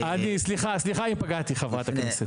סליחה אם פגעתי חברת הכנסת.